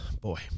boy